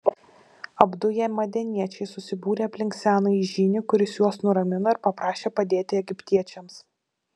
apduję madianiečiai susibūrė aplink senąjį žynį kuris juos nuramino ir paprašė padėti egiptiečiams